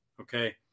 okay